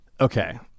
Okay